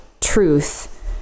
truth